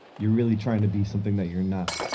you're really trying to be something that you're not.